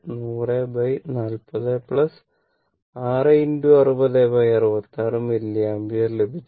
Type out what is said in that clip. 100 40 6 60 66 milliampere ലഭിച്ചു